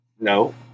No